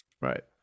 Right